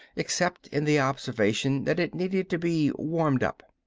except in the observation that it needed to be warmed up.